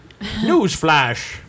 Newsflash